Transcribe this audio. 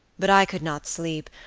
but i could not sleep,